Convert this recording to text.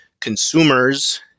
consumers